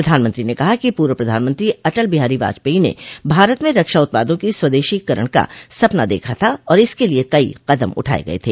प्रधानमंत्री ने कहा कि पूर्व प्रधानमंत्री अटल बिहारी वाजपेई ने भारत में रक्षा उत्पादों की स्वदेशी करण का सपना देखा था और इसके लिये कई कदम उठाये गये थ